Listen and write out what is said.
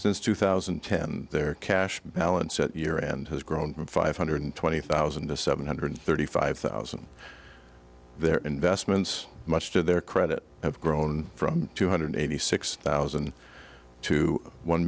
since two thousand and ten their cash balance at year end has grown from five hundred twenty thousand to seven hundred thirty five thousand their investments much to their credit have grown from two hundred eighty six thousand to one